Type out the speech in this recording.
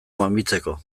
mamitzeko